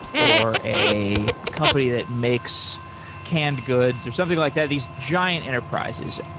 or a company that makes canned goods or something like that, these giant enterprises,